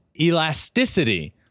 elasticity